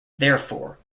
therefore